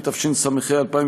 התשס"ה 2005,